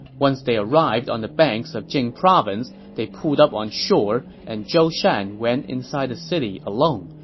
once they arrived on the banks of jing province, they pulled up on shore and zhou shan went inside the city alone.